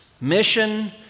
Mission